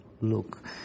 look